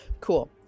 cool